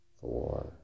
four